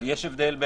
אבל יש הבדל.